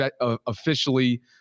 officially